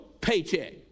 paycheck